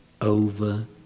over